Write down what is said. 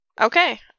Okay